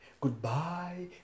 Goodbye